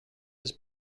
his